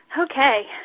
Okay